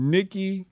Nikki